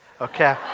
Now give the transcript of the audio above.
okay